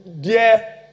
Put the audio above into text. dear